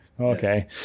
Okay